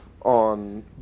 on